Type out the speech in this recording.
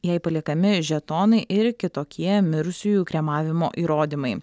jei paliekami žetonai ir kitokie mirusiųjų kremavimo įrodymai